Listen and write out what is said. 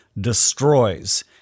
destroys